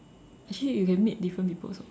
actually you can meet different people also